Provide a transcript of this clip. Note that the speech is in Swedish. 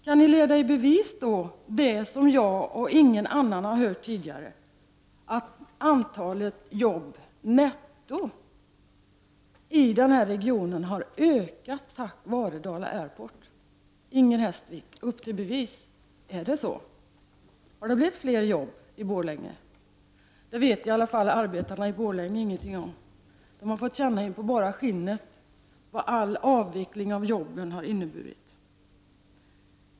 Kan ni leda i bevis det som varken jag eller någon annan har hört tidigare, att antalet jobb netto i den här regionen har ökat tack vare Dala Airport? Inger Hestvik, upp till bevis! Är det så? Har det blivit fler jobb i Borlänge? Det vet i alla fall arbetarna ingenting om. De har fått känna in på bara skinnet vad all avveckling av jobben inneburit.